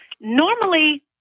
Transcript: normally